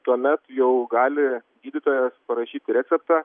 tuomet jau gali gydytojas parašyti receptą